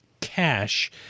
cash